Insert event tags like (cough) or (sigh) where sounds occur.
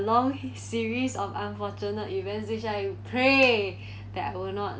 long series of unfortunate events which I pray (breath) that I'll not